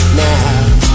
now